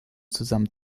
zusammen